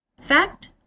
Fact